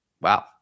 Wow